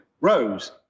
rose